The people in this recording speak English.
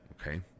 Okay